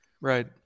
Right